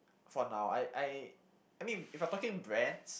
for now I I I mean if I am talking brands